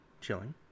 chilling